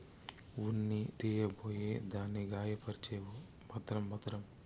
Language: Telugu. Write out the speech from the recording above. ఉన్ని తీయబోయి దాన్ని గాయపర్సేవు భద్రం భద్రం